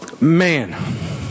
Man